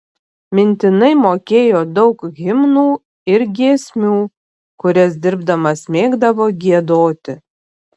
mintinai mokėjo daug himnų ir giesmių kurias dirbdamas mėgdavo giedoti